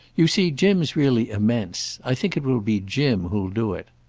you see jim's really immense. i think it will be jim who'll do it.